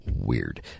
weird